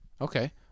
Okay